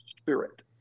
spirit